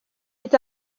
est